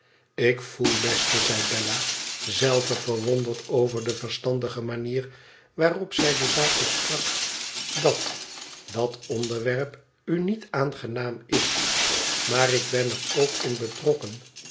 ik voel beste zei bella zelve verwonderd over de verstandige manier waarop zij de zaak besprak i dat dat onderwerp u niet aangenaam is maar ik ben er ook in betrokken